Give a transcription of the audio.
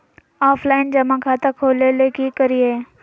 Offline जमा खाता खोले ले की करिए?